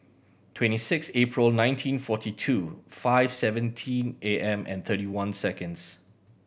twenty six April nineteen forty two five seventeen A M and thirty one seconds